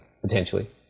potentially